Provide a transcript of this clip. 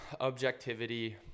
objectivity